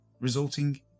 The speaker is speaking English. resulting